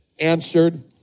answered